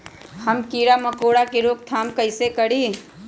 हम किरा मकोरा के रोक थाम कईसे करी?